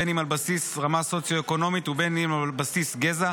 בין אם על בסיס רמה סוציו-אקונומית ובין אם על בסיס גזע,